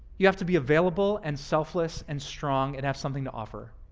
you have to be available and selfless and strong and have something to offer.